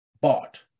bought